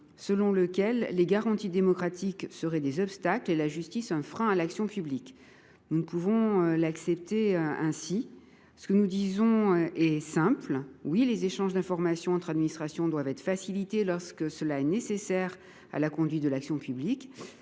selon lequel les garanties démocratiques constitueraient des obstacles et la justice serait un frein à l’action publique. Nous ne pouvons l’accepter. Notre position est simple : oui, les échanges d’informations entre administrations doivent être facilités lorsque cela est nécessaire à la conduite de l’action publique,